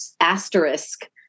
asterisk